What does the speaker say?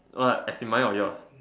what as mine or yours